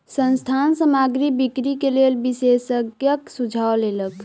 संस्थान सामग्री बिक्री के लेल विशेषज्ञक सुझाव लेलक